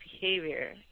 behavior